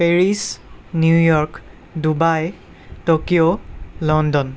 Paris New York Dubai Tokyo London